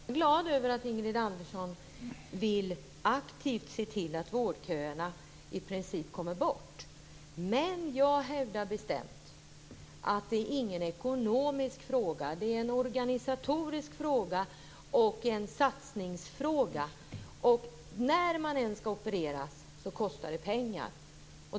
Fru talman! Jag är glad över att Ingrid Andersson vill aktivt se till att vårdköerna i princip kommer bort. Men jag hävdar bestämt att det inte är någon ekonomisk fråga. Det är en organisatorisk fråga och en satsningsfråga. När man än skall opereras kostar det pengar.